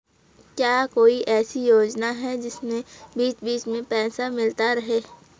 क्या कोई ऐसी योजना है जिसमें बीच बीच में पैसा मिलता रहे?